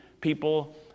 people